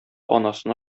анасына